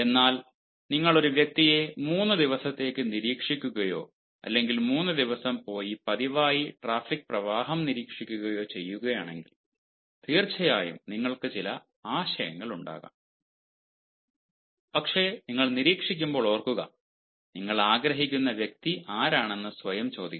എന്നാൽ നിങ്ങൾ ഒരു വ്യക്തിയെ മൂന്ന് ദിവസത്തേക്ക് നിരീക്ഷിക്കുകയോ അല്ലെങ്കിൽ മൂന്ന് ദിവസം പതിവായി ട്രാഫിക് പ്രവാഹം നിരീക്ഷിക്കുകയോ ചെയ്യുകയാണെങ്കിൽ തീർച്ചയായും നിങ്ങൾക്ക് ചില ആശയങ്ങളുണ്ടാകാം പക്ഷേ നിങ്ങൾ നിരീക്ഷിക്കുമ്പോൾ ഓർക്കുക നിങ്ങൾ ആഗ്രഹിക്കുന്ന വ്യക്തി ആരാണെന്ന് സ്വയം ചോദിക്കണം